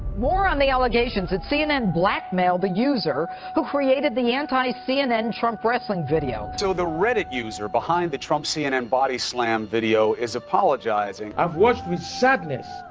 more on the allegations that cnn blackmailed the user who created the anti-cnn trump wrestling video. so the reddit user behind the trump cnn body-slam video is apologizing. i've watched the sadness,